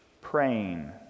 praying